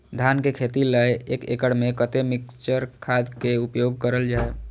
धान के खेती लय एक एकड़ में कते मिक्चर खाद के उपयोग करल जाय?